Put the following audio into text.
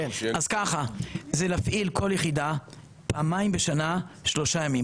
זה להפעיל כל יחידה פעמיים בשנה שלושה ימים.